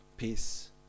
Peace